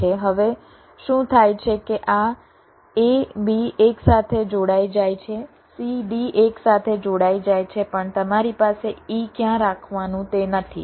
હવે શું થાય છે કે આ a b એક સાથે જોડાઈ જાય છે c d એકસાથે જોડાઈ જાય છે પણ તમારી પાસે e ક્યાં રાખવાનું તે નથી